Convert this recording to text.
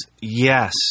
yes